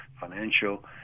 financial